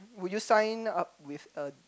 would you sign up with a